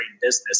business